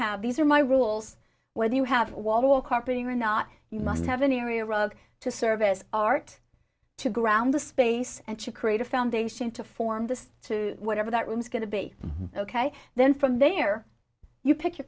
have these are my rules whether you have wall carpeting or not you must have an area rug to service art to ground the space and to create a foundation to form this to whatever that room is going to be ok then from there you pick your